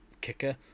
kicker